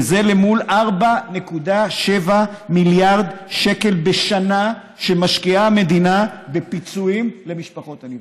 וזה מול 4.7 מיליארד שקל בשנה שמשקיעה המדינה בפיצויים למשפחות הנפגעים.